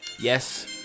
yes